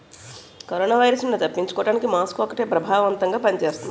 corona virus నుండి తప్పించుకోడానికి mask ఒక్కటే ప్రభావవంతంగా పని చేస్తుంది